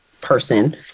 person